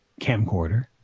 camcorder